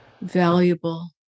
valuable